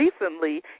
recently